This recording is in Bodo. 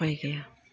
उफाय गैया